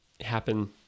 happen